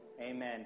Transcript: Amen